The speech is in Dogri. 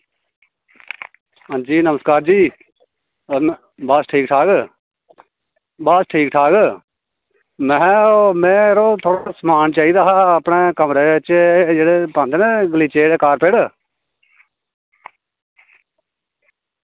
अंजी नमस्कार जी बस ठीक ठाक बस ठीक ठाक में हां ओह् यरो थोह्ड़ा नेहा समान चाहिदा अपने कमरे च पांदे ना एह् गलीचे कॉरपरेट